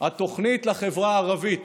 התוכנית לחברה הערבית